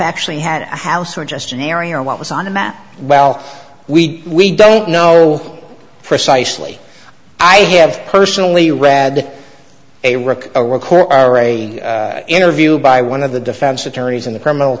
actually had a house or just an area or what was on a map well we we don't know precisely i have personally read a rick a record or a interview by one of the defense attorneys in the criminal